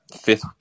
fifth